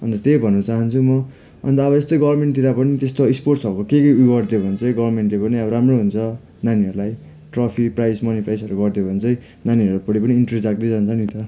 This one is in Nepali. अन्त त्यही भन्न चाहन्छु म अन्त अब यस्तै गभर्नमेन्टतिर पनि त्यस्तो स्पोर्टिसहरूको के के उ गरिदियो भने चाहिँ गभर्नमेन्टले पनि अब राम्रो हुन्छ नानीहरूलाई ट्रफी प्राइज मनी प्राइजहरू गरिदियो भने चाहिँ नानीहरूपट्टि पनि इन्ट्रेस्ट जाग्दै जान्छ नि